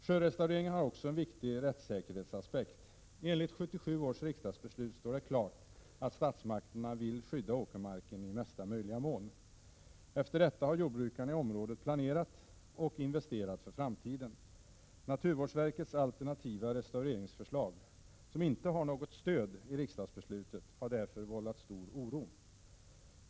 Sjörestaureringen har också en viktig rättssäkerhetsaspekt. Enligt 1977 års riksdagsbeslut står det klart att statsmakterna vill skydda åkermarken i mesta möjliga mån. Efter detta har jordbrukarna i området planerat och investerat för framtiden. Naturvårdsverkets alternativa restaureringsförslag, som inte har stöd i riksdagsbeslutet, har därför vållat stor oro.